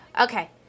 Okay